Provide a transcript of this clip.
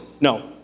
No